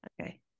Okay